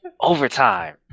overtime